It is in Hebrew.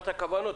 בונה על כוונות.